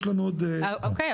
יש לנו עוד- -- אוקיי,